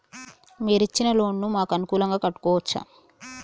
మీరు ఇచ్చిన లోన్ ను మాకు అనుకూలంగా కట్టుకోవచ్చా?